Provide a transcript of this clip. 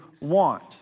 want